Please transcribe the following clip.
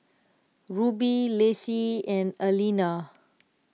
Ruby Lacie and Aleena